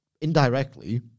Indirectly